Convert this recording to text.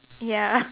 ya